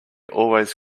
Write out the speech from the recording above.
always